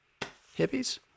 Hippies